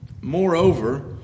Moreover